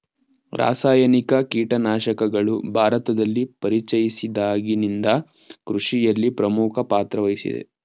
ರಾಸಾಯನಿಕ ಕೀಟನಾಶಕಗಳು ಭಾರತದಲ್ಲಿ ಪರಿಚಯಿಸಿದಾಗಿನಿಂದ ಕೃಷಿಯಲ್ಲಿ ಪ್ರಮುಖ ಪಾತ್ರ ವಹಿಸಿವೆ